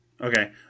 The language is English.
Okay